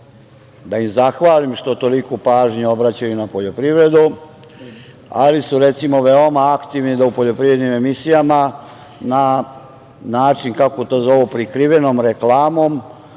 da im zahvalim što toliku pažnju obraćaju na poljoprivredu, ali su recimo veoma aktivni da u poljoprivrednim emisijama na način, kako to zovu, prikrivenom reklamom